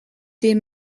des